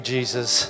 Jesus